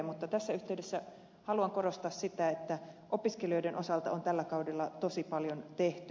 mutta tässä yhteydessä haluan korostaa sitä että opiskelijoiden osalta on tällä kaudella tosi paljon tehty